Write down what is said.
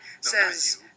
says